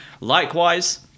Likewise